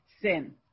sin